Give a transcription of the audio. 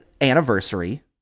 anniversary